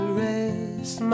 rest